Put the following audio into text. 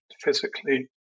physically